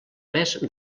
més